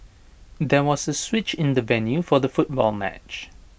there was A switch in the venue for the football match